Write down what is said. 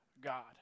God